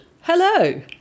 Hello